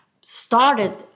started—